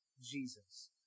Jesus